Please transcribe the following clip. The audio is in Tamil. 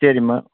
சரிம்மா